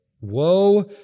Woe